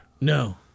No